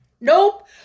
nope